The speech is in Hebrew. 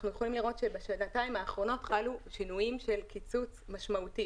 בשנתיים האחרונות חלו קיצוצים משמעותיים.